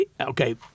okay